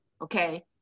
Okay